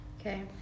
okay